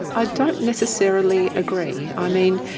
i don't necessarily agree. i mean,